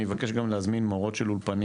אני אבקש גם להזמין מורות של אולפנים,